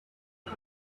car